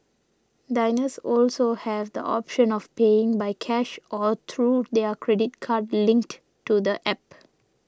diners also have the option of paying by cash or through their credit card linked to the App